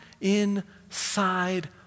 inside